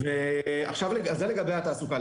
זה לגבי התעסוקה.